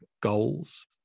goals